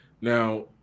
Now